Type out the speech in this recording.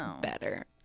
better